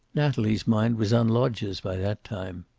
natalie's mind was on loggias by that time.